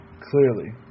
Clearly